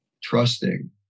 trusting